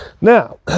now